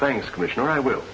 things commissioner i will